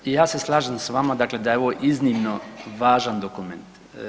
Ja se slažem s vama dakle da je ovo iznimno važan dokument.